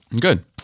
good